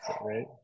right